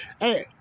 hey